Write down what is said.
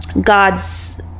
God's